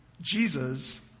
Jesus